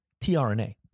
tRNA